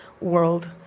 world